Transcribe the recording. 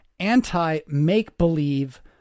anti-make-believe